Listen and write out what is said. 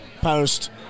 post